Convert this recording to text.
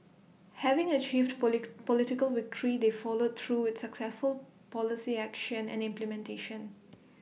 having achieved political victory they followed through with successful policy action and implementation